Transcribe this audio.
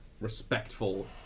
respectful